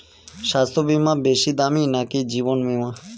স্বাস্থ্য বীমা বেশী দামী নাকি জীবন বীমা?